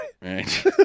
Right